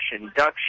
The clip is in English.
induction